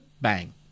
Bang